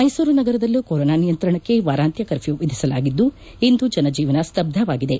ಮೈಸೂರು ನಗರದಲ್ಲೂ ಕೊರೋನ ನಿಯಂತ್ರಣಕ್ಕೆ ವಾರಾಂತ್ಯ ಕರ್ಪ್ಲೊ ವಿಧಿಸಲಾಗಿದ್ದು ಇಂದು ಜನಜೀವನ ಸ್ತಬ್ಬವಾಗಿದೆ